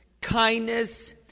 kindness